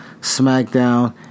SmackDown